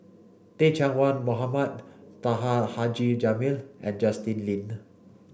Teh Cheang Wan Mohamed Taha Haji Jamil and Justin Lean